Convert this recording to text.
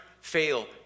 fail